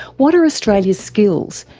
what are australia's skills,